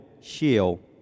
shield